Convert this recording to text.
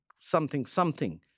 something-something